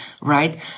Right